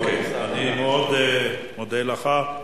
אוקיי, אני מאוד מודה לך.